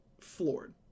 floored